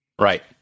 Right